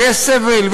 ויש סבל,